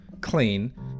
clean